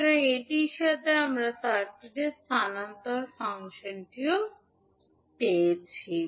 সুতরাং এটির সাথে আমরা এই সার্কিটের স্থানান্তর ফাংশনটি পেয়েছি